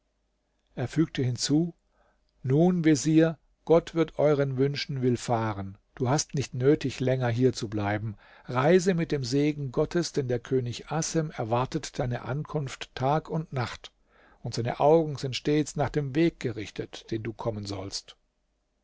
er fügte hinzu nun vezier gott wird euren wünschen willfahren du hast nicht nötig länger hier zu bleiben reise mit dem segen gottes denn der könig assem erwartet deine ankunft tag und nacht und seine augen sind stets nach dem weg gerichtet den du kommen sollst